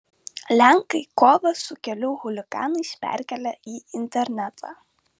lenkai kovą su kelių chuliganais perkelia į internetą